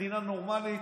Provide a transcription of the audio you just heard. אבל יש לנו מדינה יהודית,